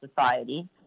society